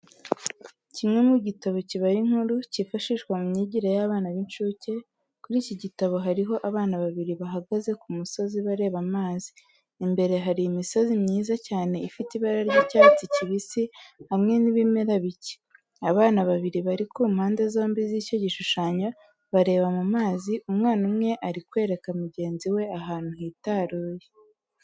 Kimwe mu gitabo kibara inkuru cyifashishwa mu myigire y'abana b'incuke, kuri iki gitabo hariho abana babiri bahagaze ku musozi bareba amazi. Imbere hari imisozi myiza cyane ifite ibara ry'icyatsi kibisi, hamwe n'ibimera bike. Abana babiri bari ku mpande zombi z'icyo gishushanyo, bareba mu mazi. Umwana umwe ari kwereka mugenzi we ahantu hitaruye.